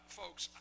folks